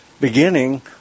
beginning